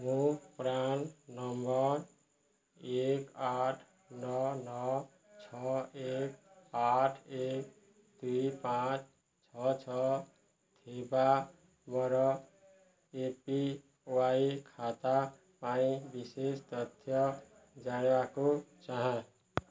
ମୁଁ PRAN number ଏକ ଆଠ ନଅ ନଅ ଛଅ ଏକ ଆଠ ଏକ ଦୁଇ ପାଞ୍ଚ ଛଅ ଛଅ ଥିବା ମୋର ଏ ପି ୱାଇ ଖାତା ପାଇଁ ବିଶେଷ ତଥ୍ୟ ଜାଣିବାକୁ ଚାହେଁ